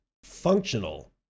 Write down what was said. Functional